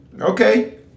Okay